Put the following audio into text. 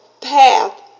path